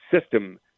system